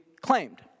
claimed